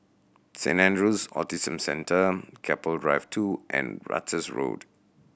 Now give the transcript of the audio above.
Saint Andrew's Autism Centre Keppel Drive Two and Ratus Road